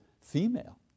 female